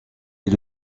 est